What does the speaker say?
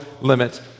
limit